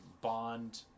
bond